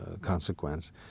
consequence